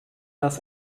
das